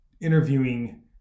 interviewing